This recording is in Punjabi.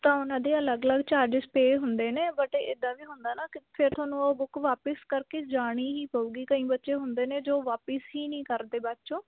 ਤਾਂ ਹੁਣ ਇਹਦੇ ਅਲੱਗ ਅਲੱਗ ਚਾਰਜਸ ਪੇ ਹੁੰਦੇ ਨੇ ਬਟ ਇੱਦਾਂ ਵੀ ਹੁੰਦਾ ਨਾ ਫਿਰ ਤੁਹਾਨੂੰ ਉਹ ਬੁੱਕ ਵਾਪਸ ਕਰਕੇ ਜਾਣੀ ਹੀ ਪਉਗੀ ਕਈ ਬੱਚੇ ਹੁੰਦੇ ਨੇ ਜੋ ਵਾਪਸ ਹੀ ਨਹੀਂ ਕਰਦੇ ਬਾਅਦ ਚੋਂ